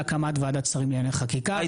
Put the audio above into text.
להקמת ועדת שרים לענייני חקיקה.